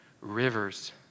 Rivers